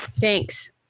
Thanks